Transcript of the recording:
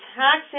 tax